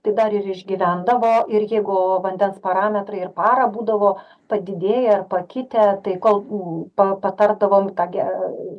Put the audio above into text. tai dar ir išgyvendavo ir jeigu vandens parametrai ir parą būdavo padidėję ar pakitę tai kol ū pa patardavom į tą ge